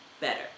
better